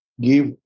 give